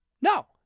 no